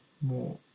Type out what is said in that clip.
more